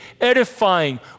edifying